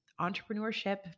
entrepreneurship